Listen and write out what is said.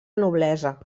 noblesa